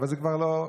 אבל זה כבר לא,